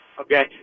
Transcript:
Okay